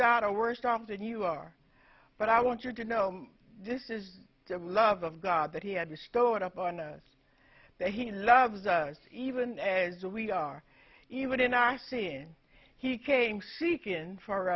doubt are worse off than you are but i want you to know this is the love of god that he had to stored up on us that he loves us even as we are even in our sin he came seek in for